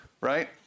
right